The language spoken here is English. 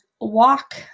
walk